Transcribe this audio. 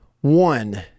One